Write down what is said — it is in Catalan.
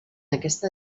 aquesta